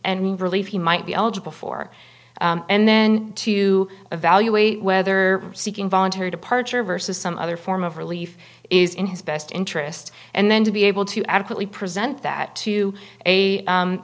and relief he might be eligible for and then to evaluate whether seeking voluntary departure versus some other form of relief is in his best interest and then to be able to adequately present that to a